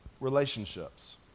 relationships